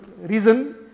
reason